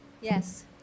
yes